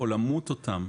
או למות אותם